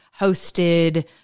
hosted